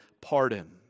pardon